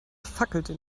fackelte